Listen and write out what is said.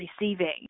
receiving